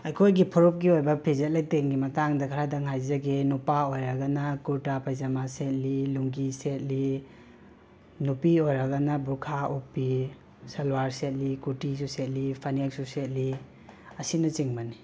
ꯑꯩꯈꯣꯏꯒꯤ ꯐꯨꯔꯨꯞꯀꯤ ꯑꯣꯏꯕ ꯐꯤꯖꯦꯠ ꯂꯦꯇꯦꯡꯒꯤ ꯃꯇꯥꯡꯗ ꯈꯔꯗꯪ ꯍꯥꯏꯖꯒꯦ ꯅꯨꯄꯥ ꯑꯣꯏꯔꯒꯅ ꯀꯨꯔꯇꯥ ꯄꯩꯖꯃ ꯁꯦꯠꯂꯤ ꯂꯨꯡꯒꯤ ꯁꯦꯠꯂꯤ ꯅꯨꯄꯤ ꯑꯣꯏꯔꯒꯅ ꯕꯨꯔꯈꯥ ꯎꯞꯄꯤ ꯁꯜꯋꯥꯔ ꯁꯦꯠꯂꯤ ꯀꯨꯔꯇꯤ ꯁꯦꯠꯂꯤ ꯐꯅꯦꯛꯁꯨ ꯁꯦꯠꯂꯤ ꯑꯁꯤꯅꯆꯤꯡꯕꯅꯤ